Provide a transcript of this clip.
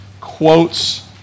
quotes